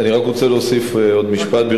אני רק רוצה להוסיף עוד משפט,